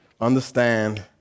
Understand